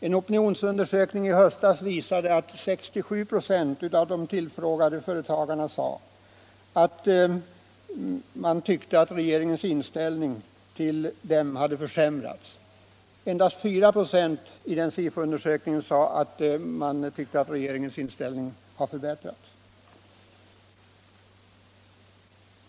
En opinionsundersökning bland företagare i höstas visade att 67 96 av de tillfrågade tyckte att regeringens inställning till dem hade försämrats. Endast 4 96 av de tillfrågade i denna SIFO-undersökning tyckte att regeringens inställning hade förbättrats.